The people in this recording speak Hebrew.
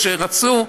שרצו,